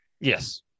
Yes